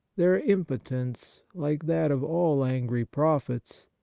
their impotence, like that of all angry prophets,